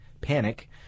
Panic